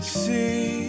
see